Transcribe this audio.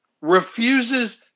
refuses